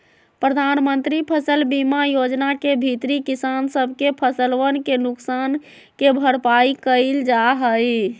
प्रधानमंत्री फसल बीमा योजना के भीतरी किसान सब के फसलवन के नुकसान के भरपाई कइल जाहई